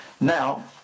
Now